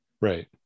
Right